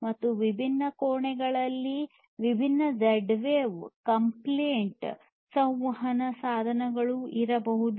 ಮತ್ತು ವಿಭಿನ್ನ ಕೋಣೆಗಳಲ್ಲಿ ವಿಭಿನ್ನ ಝೆಡ್ ವೇವ್ ಕಂಪ್ಲೈಂಟ್ ಸಂವಹನ ಸಾಧನಗಳು ಇರಬಹುದು